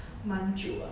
蛮久啦